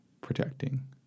protecting